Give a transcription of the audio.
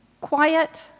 quiet